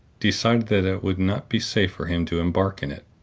decided that it would not be safe for him to embark in it.